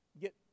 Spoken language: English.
get